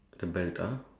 abelian